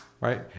right